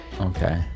okay